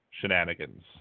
shenanigans